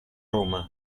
roma